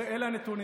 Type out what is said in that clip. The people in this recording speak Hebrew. אלה הנתונים.